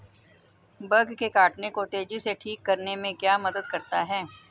Bug के काटने को तेजी से ठीक करने में क्या मदद करता है?